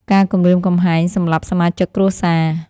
ការគំរាមកំហែងសម្លាប់សមាជិកគ្រួសារ។